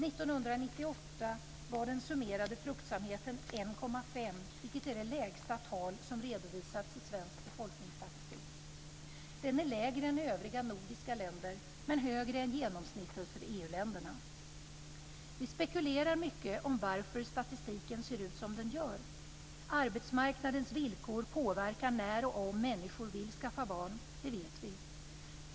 1998 var den summerade fruktsamheten 1,5, vilket är det lägsta tal som redovisat i svensk befolkningsstatistik. Den är lägre än i övriga nordiska länder men högre än genomsnittet för EU-länderna. Vi spekulerar mycket om varför statistiken ser ut som den gör. Arbetsmarknadens villkor påverkar när och om människor vill skaffa barn. Det vet vi.